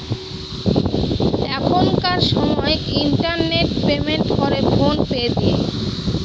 এখনকার সময় internet payment করে ফোন পে দিয়ে